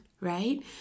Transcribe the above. right